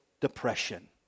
depression